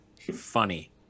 Funny